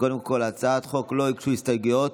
קודם כול, להצעת החוק לא הוגשו הסתייגויות,